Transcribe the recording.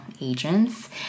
agents